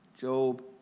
Job